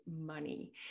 money